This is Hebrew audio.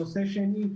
נושא שני,